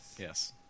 Yes